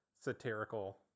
satirical